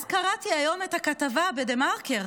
אז קראתי היום את הכתבה בדה-מרקר